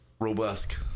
robust